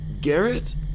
Garrett